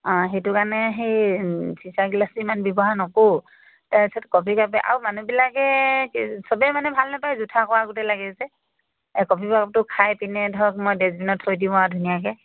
অঁ সেইটো কাৰণে সেই চিচাৰ গিলাচটো ইমান ব্যৱহাৰ নকৰোঁ তাৰপিছত কফি কাপে আৰু মানুহবিলাকে সবেই মানে ভাল নাপায় জুথা কৰা দৰে লাগিছে এই কফি কাপটো খাই পিনে ধৰক মই ডাষ্টবিনত থৈ দিওঁ আৰু ধুনীয়াকৈ